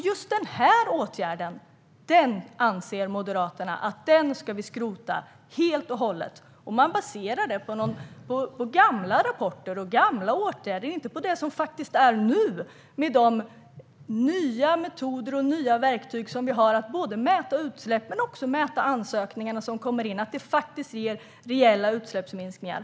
Just den här åtgärden anser Moderaterna att vi ska skrota helt och hållet. Man baserar det på gamla rapporter och gamla åtgärder, inte på hur det är nu med de nya metoder och nya verktyg som vi har för att mäta utsläpp men också mäta ansökningarna som kommer in och som visar att detta ger reella utsläppsminskningar.